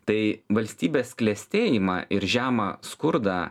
tai valstybės klestėjimą ir žemą skurdą